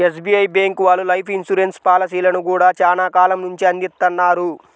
SBI bank వాళ్ళు life insurance పాలసీలను గూడా చానా కాలం నుంచే అందిత్తన్నారు